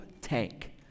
tank